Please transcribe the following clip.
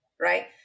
right